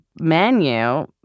menu